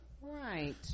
Right